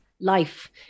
life